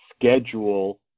schedule